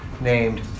named